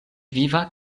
viva